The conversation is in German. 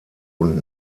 und